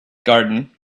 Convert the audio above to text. garden